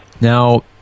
Now